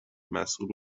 مسول